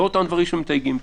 לא אותם דברים שמתייגים פה.